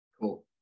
Cool